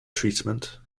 treatment